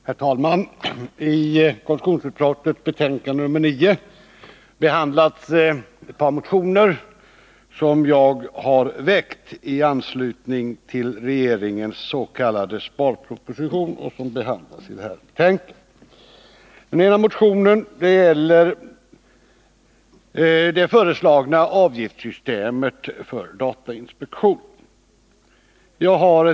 Herr talman! I konstitutionsutskottets betänkande nr 9 behandlas ett par motioner som jag har väckt i anslutning till regeringens s.k. sparproposition. Den ena motionen gäller förslaget till avgiftssystem för datainspektionen.